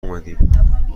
اومدیم